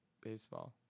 baseball